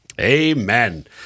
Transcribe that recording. Amen